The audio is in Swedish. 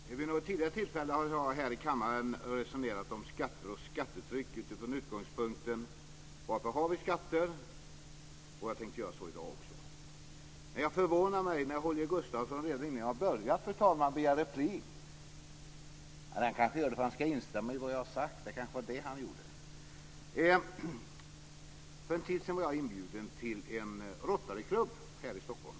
Fru talman! Vid något tidigare tillfälle har jag här i kammaren resonerat om skatter och skattetryck från utgångspunkten: Varför har vi skatter? Jag tänkte göra så också i dag. Jag förvånar mig dock när Holger Gustafsson redan innan jag har börjat, fru talman, begär replik. Eller ville han instämma i det jag sagt? Det var kanske det han gjorde. För en tid sedan var jag inbjuden till en Rotaryklubb här i Stockholm.